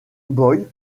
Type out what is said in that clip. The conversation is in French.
boyd